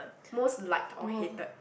most liked or hated